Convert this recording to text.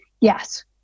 Yes